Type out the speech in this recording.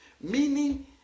Meaning